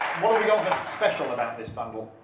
what have we got that's special about this bundle?